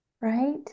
right